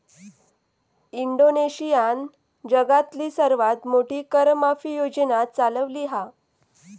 इंडोनेशियानं जगातली सर्वात मोठी कर माफी योजना चालवली हा